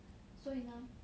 所以呢